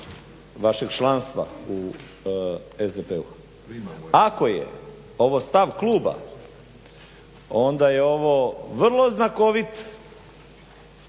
vašeg članstva u SDP-u. Ako je ovo stav kluba onda je ovo vrlo znakovita